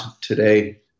today